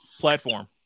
platform